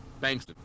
Thanks